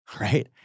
Right